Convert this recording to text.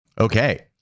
okay